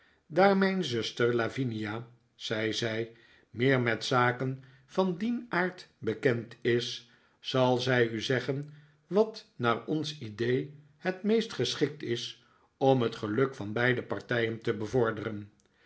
daar mijn zuster lavinia zei zij meer met zaken van dien aard bekend is zal zij u zeggen wat naar ons idee het meest geschikt is om het geluk van beide partijen te bevorderen